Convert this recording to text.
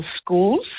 schools